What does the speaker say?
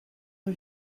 rue